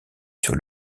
sur